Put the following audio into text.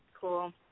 Cool